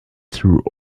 through